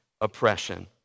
oppression